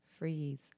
Freeze